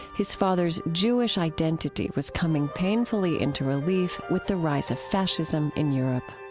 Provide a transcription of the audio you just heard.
his father's jewish identity was coming painfully into relief with the rise of fascism in europe